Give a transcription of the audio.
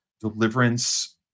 deliverance